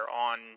on